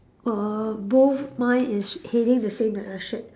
err both mine is heading the same direction